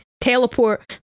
teleport